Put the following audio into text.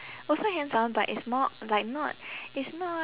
also hands on but it's more like not it's not